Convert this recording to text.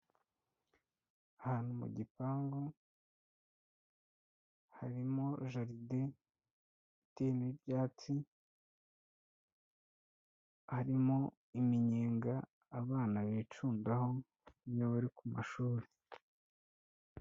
Ahantu mu gipangu, harimo jaride, itiyemo ibyatsi, harimo iminyenga abana bicundaho, iyo bari ku mashuri.